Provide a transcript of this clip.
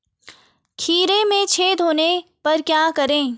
खीरे में छेद होने पर क्या करें?